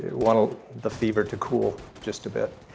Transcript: while the fever to cool just a bit